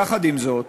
יחד עם זאת,